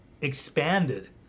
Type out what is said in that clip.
expanded